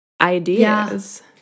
ideas